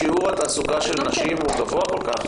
האם בענפי התעשייה שיעור התעסוקה של נשים חרדיות גבוה כל כך?